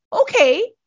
Okay